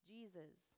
Jesus